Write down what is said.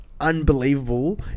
unbelievable